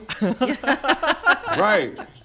right